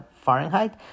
Fahrenheit